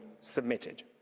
submitted